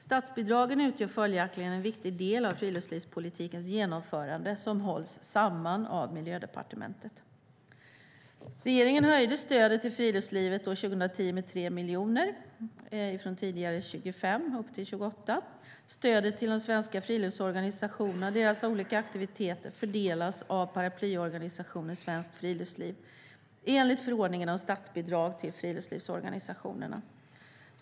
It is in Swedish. Statsbidragen utgör följaktligen en viktig del av friluftslivspolitikens genomförande som hålls samman av Miljödepartementet. Regeringen höjde stödet till friluftslivet 2010 med 3 miljoner - från tidigare 25 miljoner upp till 28 miljoner. Stödet till de svenska friluftsorganisationerna och deras olika aktiviteter fördelas av paraplyorganisationen Svenskt Friluftsliv, enligt förordningen om statsbidrag till friluftsorganisationerna.